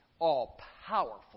all-powerful